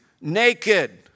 naked